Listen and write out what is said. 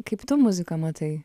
kaip tu muziką matai